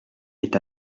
est